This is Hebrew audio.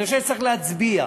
אני חושב שצריך להצביע.